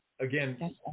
again